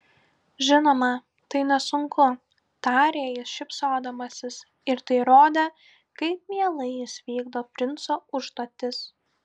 žinoma tai nesunku tarė jis šypsodamasis ir tai rodė kaip mielai jis vykdo princo užduotis